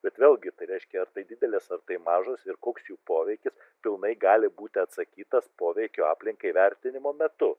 bet vėlgi tai reiškia ar tai didelis ar tai mažos ir koks jų poveikis pilnai gali būti atsakytas poveikio aplinkai vertinimo metu